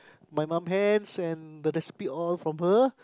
my mum hands and the recipe all from her